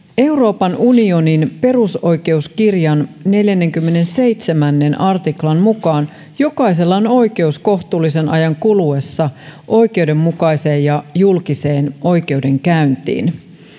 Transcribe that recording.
euroopan unionin perusoikeuskirjan neljännenkymmenennenseitsemännen artiklan mukaan jokaisella on oikeus kohtuullisen ajan kuluessa oikeudenmukaiseen ja julkiseen oikeudenkäyntiin